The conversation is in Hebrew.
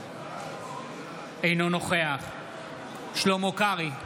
אינו נוכח שלמה קרעי,